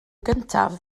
gyntaf